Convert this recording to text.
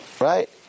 Right